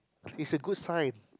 is a good sign